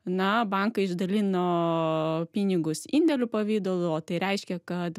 na bankai išdalino pinigus indėlių pavidalu o tai reiškia kad